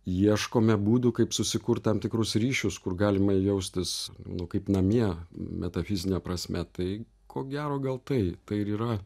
ieškome būdų kaip susikurt tam tikrus ryšius kur galima jaustis nu kaip namie metafizine prasme tai ko gero gal tai tai ir yra